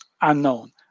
unknown